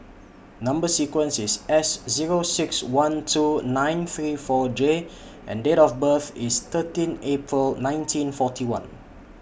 Number sequence IS S Zero six one two nine three four J and Date of birth IS thirteen April nineteen forty one